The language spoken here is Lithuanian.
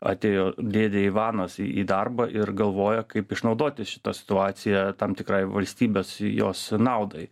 atėjo dėdė ivanas į į darbą ir galvoja kaip išnaudoti šitą situaciją tam tikrai valstybės jos naudai